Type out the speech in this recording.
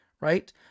right